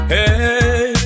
Hey